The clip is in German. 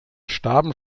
starben